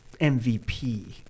MVP